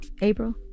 April